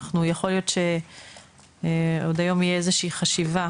יכול להיות שהיום עוד תהיה חשיבה,